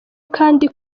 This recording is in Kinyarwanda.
kandi